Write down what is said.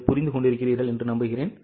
நீங்கள் புரிந்து கொண்டிருக்கிறீர்களா